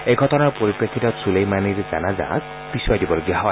এই ঘটনাৰ পৰিপ্ৰেক্ষিতত ছুলেইমানীৰ জানাজা পিছুৱাই দিবলগীয়া হয়